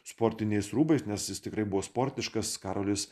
sportiniais rūbais nes jis tikrai buvo sportiškas karolis